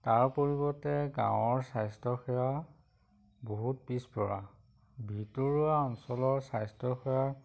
তাৰ পৰিৱৰ্তে গাঁৱৰ স্বাস্থ্যসেৱা বহুত পিছপৰা ভিতৰুৱা অঞ্চলৰ স্বাস্থ্যসেৱা